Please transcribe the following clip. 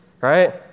right